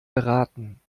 beraten